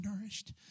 nourished